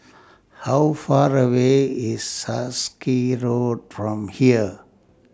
How Far away IS Sarkies Road from here